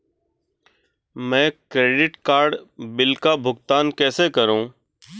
मैं credit card bill का भुगतान कैसे करूं?